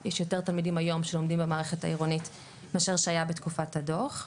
יש יותר תלמידים היום שלומדים במערכת העירונית מאשר שהיה בתקופת הדו"ח.